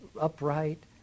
upright